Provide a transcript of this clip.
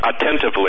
attentively